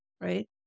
right